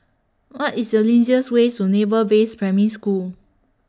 What IS The easiest Way to Naval Base Primary School